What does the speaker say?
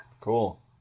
Cool